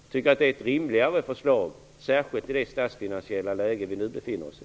Vi tycker att det är ett rimligare förslag, särskilt i det statsfinansiella läge som vi nu befinner oss i.